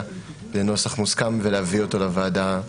לנוסח מוסכם ולהביא אותו לוועדה לאישור.